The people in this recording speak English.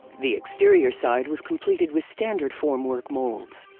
the exterior side was completed with standard formwork molds.